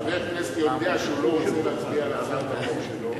חבר כנסת יודע שהוא לא רוצה להצביע על הצעת החוק שלו,